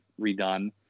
redone